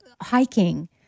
hiking